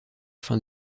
fin